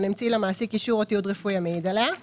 המציא למעסיק אישור או תיעוד רפואי המעיד עליה;